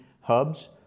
hubs